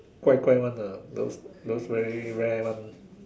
怪怪 one ah those those very rare [one]